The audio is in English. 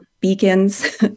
beacons